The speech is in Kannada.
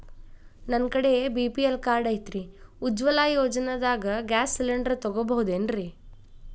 ನನ್ನ ಕಡೆ ಬಿ.ಪಿ.ಎಲ್ ಕಾರ್ಡ್ ಐತ್ರಿ, ಉಜ್ವಲಾ ಯೋಜನೆದಾಗ ಗ್ಯಾಸ್ ಸಿಲಿಂಡರ್ ತೊಗೋಬಹುದೇನ್ರಿ?